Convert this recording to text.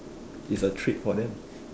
is a treat for that